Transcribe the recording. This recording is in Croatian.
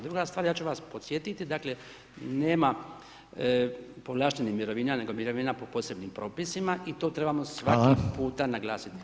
Druga stvar, ja ću vas podsjetiti, dakle, nema povlaštenih mirovina, nego mirovina po posebnim propisima i to trebamo svaki puta naglasiti.